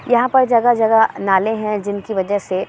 یہاں پر جگہ جگہ نالے ہیں جن کی وجہ سے